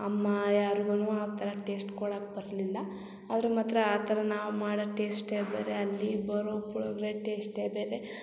ಅಮ್ಮ ಯಾರಿಗೂನು ಆ ಥರ ಟೇಸ್ಟ್ ಕೊಡಕ್ಕೆ ಬರಲಿಲ್ಲ ಆದರು ಮಾತ್ರ ಆ ಥರ ನಾವು ಮಾಡೋ ಟೇಸ್ಟೆ ಬೇರೆ ಅಲ್ಲಿ ಬರೋ ಪುಳ್ಯೋಗ್ರೆ ಟೇಸ್ಟೆ ಬೇರೆ